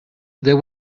there